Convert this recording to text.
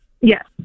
Yes